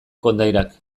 kondairak